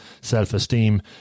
self-esteem